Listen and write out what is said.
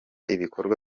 ibikorwa